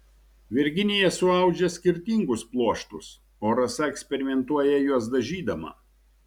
virginija suaudžia skirtingus pluoštus o rasa eksperimentuoja juos dažydama